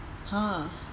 !huh!